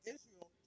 Israel